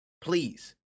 Please